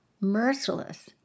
merciless